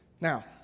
Now